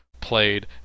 played